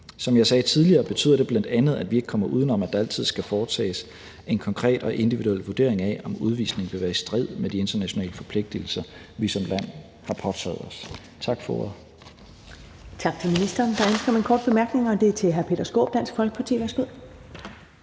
Som jeg sagde tidligere, betyder det bl.a., at vi ikke kommer uden om, at der altid skal foretages en konkret og individuel vurdering af, om udvisningen vil være i strid med de internationale forpligtigelser, vi som land har påtaget os. Tak for